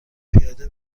پیاده